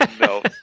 No